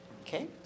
Okay